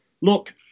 look